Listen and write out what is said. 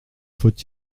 faut